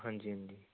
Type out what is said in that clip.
ਹਾਂਜੀ ਹਾਂਜੀ